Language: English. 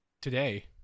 today